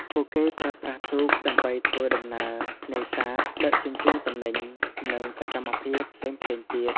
ពួកគេប្រើប្រាស់ទូកដើម្បីធ្វើដំណើរ នេសាទ ដឹកជញ្ជូនទំនិញ និងសកម្មភាពផ្សេងៗទៀត។